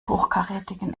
hochkarätigen